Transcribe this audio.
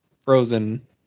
frozen